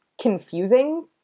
confusing